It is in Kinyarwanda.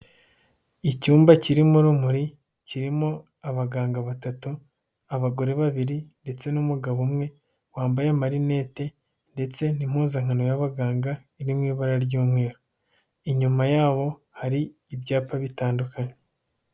Icyumba kirimo urumuri kirimo abaganga batatu, abagore babiri ndetse n'umugabo umwe wambaye amarinete, ndetse n'impuzankano y'abaganga iri mu ibara ry'umweru. Inyuma yabo hari ibyapa bitandukanye.